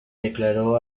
declaró